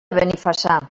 benifassà